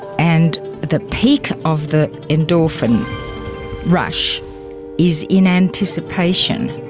and the peak of the endorphin rush is in anticipation,